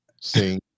sing